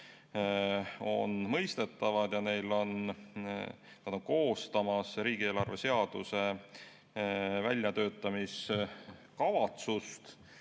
on mõistetavad ja nad on koostamas riigieelarve seaduse väljatöötamiskavatsust,